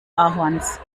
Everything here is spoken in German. ahorns